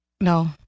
No